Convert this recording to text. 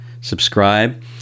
subscribe